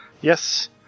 Yes